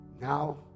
Now